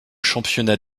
championnats